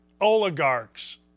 oligarchs